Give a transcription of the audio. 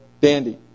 dandy